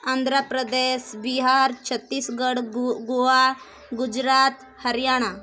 Andhra Pradesh Bihar Chhattisgarh Goa Gujarat Haryana